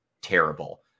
terrible